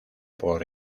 por